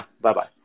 Bye-bye